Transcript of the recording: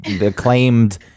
acclaimed